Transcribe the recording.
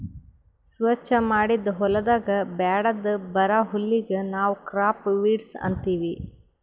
ಸ್ವಚ್ ಮಾಡಿದ್ ಹೊಲದಾಗ್ ಬ್ಯಾಡದ್ ಬರಾ ಹುಲ್ಲಿಗ್ ನಾವ್ ಕ್ರಾಪ್ ವೀಡ್ಸ್ ಅಂತೀವಿ